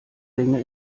dinge